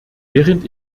während